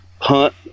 hunt